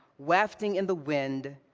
wafting in the wind,